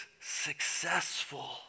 successful